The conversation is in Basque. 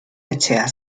etxea